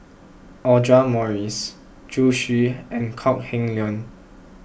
Audra Morrice Zhu Xu and Kok Heng Leun